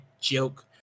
joke